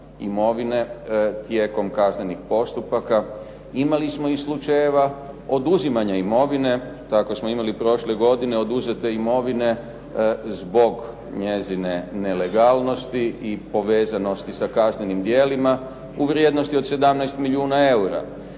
imovine tijekom kaznenih postupaka, imali smo i slučajeva oduzimanja imovine. Tako smo imali prošle godine oduzete imovine zbog njezine nelegalnosti i povezanosti sa kaznenim djelima u vrijednosti od 17 milijuna eura.